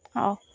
ହଉ